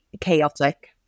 chaotic